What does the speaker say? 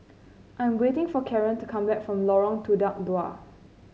I am waiting for Karan to come back from Lorong Tukang Dua